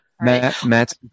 Matt